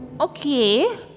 Okay